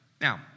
Now